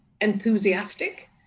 enthusiastic